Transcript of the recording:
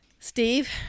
Steve